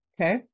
Okay